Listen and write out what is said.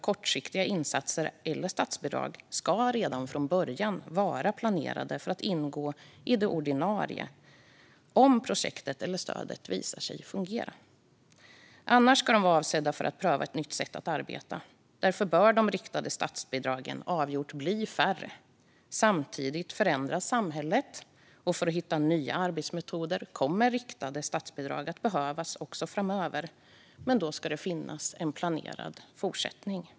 Kortsiktiga insatser eller statsbidrag ska redan från början vara planerade att ingå i det ordinarie, om projektet eller stödet visar sig fungera. Annars ska de vara avsedda för att pröva ett nytt sätt att arbeta. Därför bör de riktade statsbidragen bli avgjort färre. Samtidigt förändras samhället, och för att hitta nya arbetsmetoder kommer riktade statsbidrag att behövas också framöver. Men då ska det finnas en planerad fortsättning.